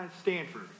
Stanford